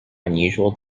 unusual